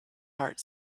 heart